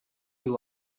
you